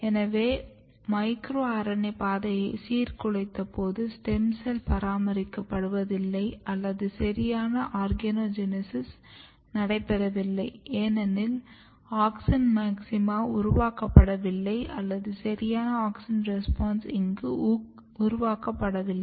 எனவே micro RNA பாதையை சீர்குலைத்தபோது ஸ்டெம் செல் பராமரிக்கப்படுவதில்லை அல்லது சரியான ஆர்கனோஜெனெஸிஸ் நடைபெறவில்லை ஏனெனில் ஆக்ஸின் மாக்ஸிமா உருவாக்கப்படவில்லை அல்லது சரியான ஆக்ஸின் ரெஸ்பான்ஸ் இங்கு உருவாக்கப்படவில்லை